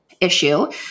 issue